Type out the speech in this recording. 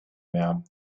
mehr